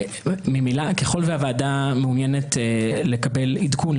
ככל שהוועדה מעוניינת לקבל עדכון,